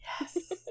Yes